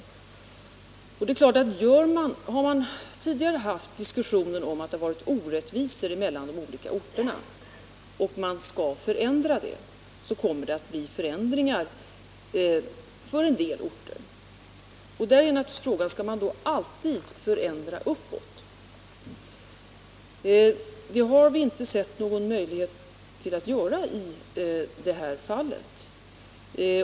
Det är klart att om man tidigare har haft diskussioner om att det har varit orättvisor mellan olika orter och vill avskaffa dem uppkommer frågan: Skall man alltid förändra till det bättre? Det har vi inte ansett vara möjligt att göra i det här fallet.